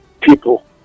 people